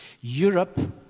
Europe